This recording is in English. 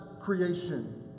creation